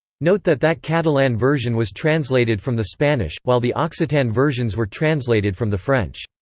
note that that catalan version was translated from the spanish, while the occitan versions were translated from the french.